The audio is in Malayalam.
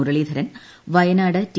മുരളീധരൻ വയനാട് ടി